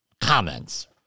comments